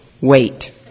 Wait